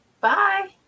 bye